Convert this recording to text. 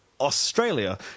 australia